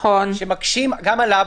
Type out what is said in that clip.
שמקשים גם עליו,